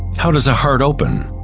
how does a heart open?